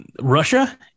Russia